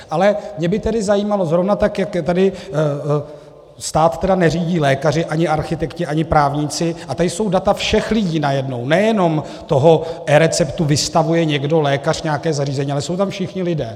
Ale mě by tedy zajímalo, zrovna tak jak stát tedy neřídí lékaři, ani architekti, ani právníci a tady jsou data všech lidí najednou nejenom toho eReceptu, vystavuje někdo, lékař, nějaké zařízení, ale jsou tam všichni lidé.